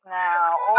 now